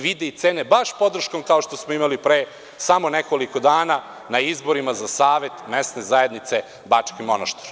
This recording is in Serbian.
Vide i cene baš podrškom kao što smo imali pre samo nekoliko dana na izborima za Savet mesne zajednice Bački Monoštor.